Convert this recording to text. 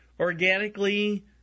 organically